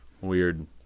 weird